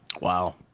Wow